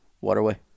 waterway